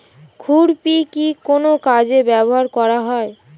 খুরপি কি কোন কাজে ব্যবহার করা হয়?